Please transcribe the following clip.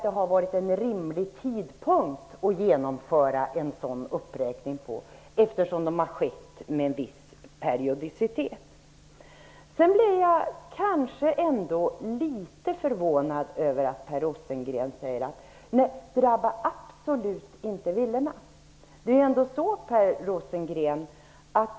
Det har varit en rimlig tidpunkt att genomföra en sådan uppräkning på, eftersom de har skett med en viss periodicitet. Jag blev kanske litet förvånad över att Per Rosengren säger att detta absolut inte får drabba villorna.